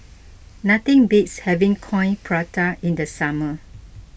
nothing beats having Coin Prata in the summer